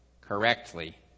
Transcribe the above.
correctly